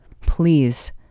Please